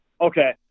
Okay